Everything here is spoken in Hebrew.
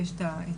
ויש את ה-C.